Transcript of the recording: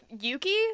Yuki